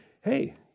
hey